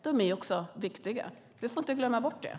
De är också viktiga. Vi får inte glömma dem.